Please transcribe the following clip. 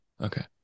Okay